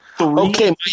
Okay